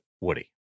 Woody